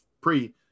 pre